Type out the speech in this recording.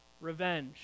revenge